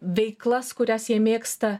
veiklas kurias jie mėgsta